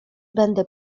będę